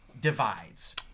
Divides